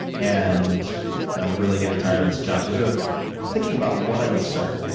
and i'm really getting tired of this job. so sort of thinking about what i would start,